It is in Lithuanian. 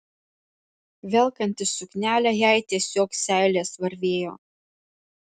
velkantis suknelę jai tiesiog seilės varvėjo